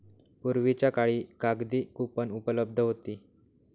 पूर्वीच्या काळी कागदी कूपन उपलब्ध होती